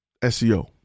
SEO